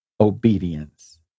obedience